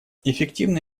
эффективно